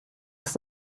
ist